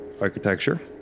Architecture